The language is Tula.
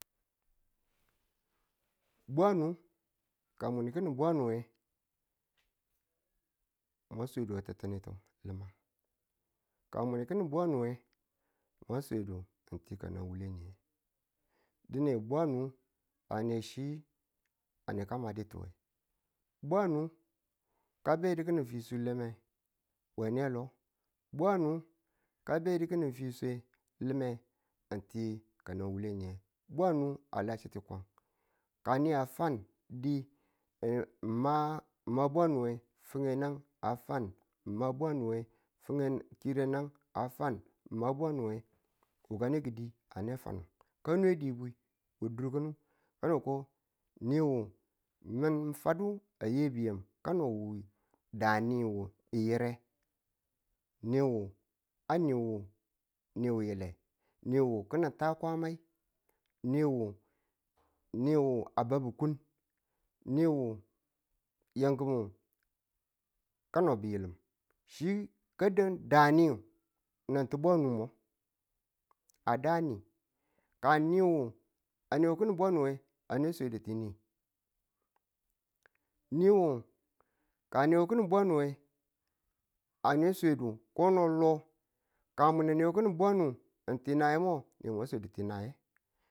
bwanu ka mun ki̱nin bwanu nge mu swadu we ti̱ttinitu limang, ka mun ki̱nin bwanu nge mwa swadu ng ti kano wure niye dine bwanu a ne chi a neka madu ti we, bwanu ka bedi ki̱nin fwiselime we ne lo, bwanu ka bedi ki̱ning fiswe lime ng ti ka na wule niye bwanu a lachitu kwan. ka ni a fan di ng ma ma bwanu nge fineneng a fan ng ma bwanu nge fineng kirenang a fan ng ma bwanu nge wukane ki̱di ane fanu ka nwe dibwi we durki̱nu kano ko niwu man mi̱ fadu a yebi yam kano wuyi da niwu yire niwu a niwu ni wile niwu kining ta kwama niwu niwu a babbabu ku ni wu yamki̱ku kano bilim chi ka dan da ni nang ti bwanu mu a da ni ka ni wu a ne ki̱n bwanu we a ne swedu ti ni. ni wu ka a niwu ki̱ni bwanu nge ane swadu ko no lo ka mune ne ki̱nin bwanu ng ti nayemo, newe swedu ti niye.